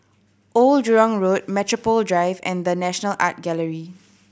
Old Jurong Road Metropole Drive and The National Art Gallery